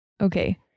Okay